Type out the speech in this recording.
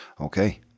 Okay